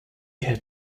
had